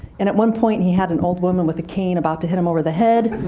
and at one point, he had an old woman with a cane about to hit him over the head,